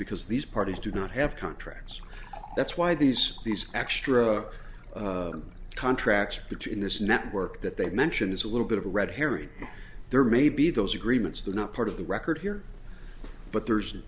because these parties do not have contracts that's why these these extra contracts which in this network that they mention is a little bit of a red herring there may be those agreements they're not part of the record here but there's